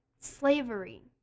slavery